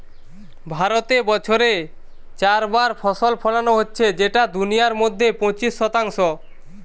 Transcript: ভারতে বছরে চার বার ফসল ফোলানো হচ্ছে যেটা দুনিয়ার মধ্যে পঁচিশ শতাংশ